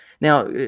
now